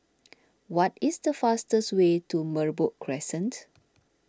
what is the fastest way to Merbok Crescent